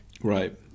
Right